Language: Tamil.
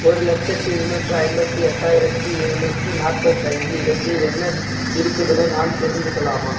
ஒரு லட்சத்து இருநூற்றி ஐம்பத்தி எட்டாயிரத்தி எழுநூற்றி நாற்பத்தைந்து இடத்தில் என்ன இருக்குதுன்னு நான் தெரிஞ்சுக்கலாமா